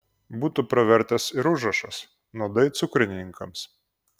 būtų pravertęs ir užrašas nuodai cukrininkams